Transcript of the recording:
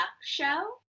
show